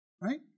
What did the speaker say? right